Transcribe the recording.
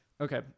Okay